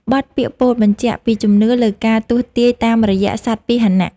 បទពាក្យពោលបញ្ជាក់ពីជំនឿលើការទស្សន៍ទាយតាមរយៈសត្វពាហនៈ។